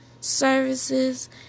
services